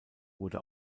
wurde